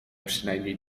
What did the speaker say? przynajmniej